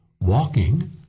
walking